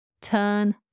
Turn